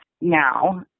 now